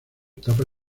etapa